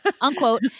Unquote